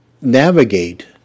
navigate